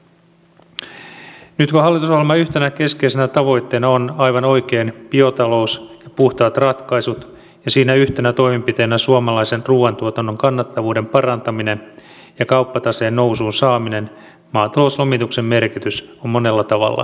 nyt kun hallitusohjelman yhtenä keskeisenä tavoitteena on aivan oikein biotalous ja puhtaat ratkaisut ja siinä yhtenä toimenpiteenä suomalaisen ruuantuotannon kannattavuuden parantaminen ja kauppataseen nousuun saaminen maatalouslomituksen merkitys on monella tavalla keskeinen